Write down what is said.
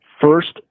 First